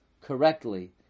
correctly